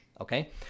Okay